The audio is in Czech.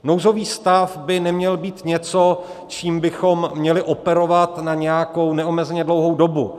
Nouzový stav by neměl být něco, čím bychom měli operovat na nějakou neomezeně dlouhou dobu.